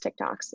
TikToks